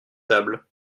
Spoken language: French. table